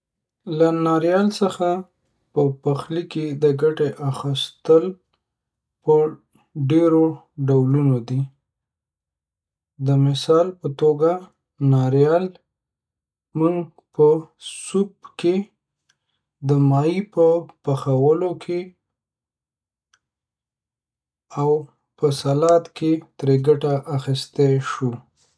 له ناریال څخه په پخلی کی د ګټی اخستل په ډیرو ډولونو دی، د مثال په توګه ناریال مونږ په سوپ کی، د ماهی په پخولو کی او په سلاد کی ترې ګټه اخستی شو.